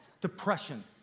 depression